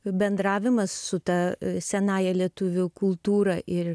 bendravimas su ta senąja lietuvių kultūra ir